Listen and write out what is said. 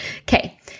Okay